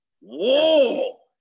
whoa